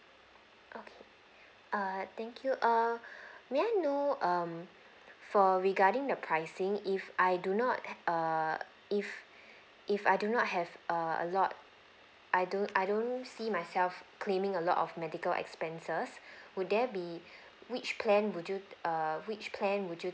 okay err thank you err may I know um for regarding the pricing if I do not err if if I do not have a a lot I don't I don't see myself claiming a lot of medical expenses would there be which plan would you err which plan would you